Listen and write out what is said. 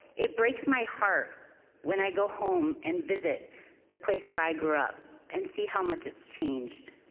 it breaks my heart when i go home and visit the place where i grew up and see how much it's changed.